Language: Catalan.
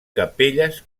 capelles